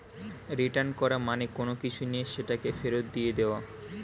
return করা মানে কোনো কিছু নিয়ে সেটাকে ফেরত দিয়ে দেওয়া